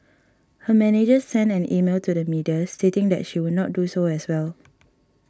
her manager sent an email to the media stating that she would not do so as well